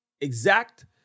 exact